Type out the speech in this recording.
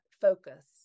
focus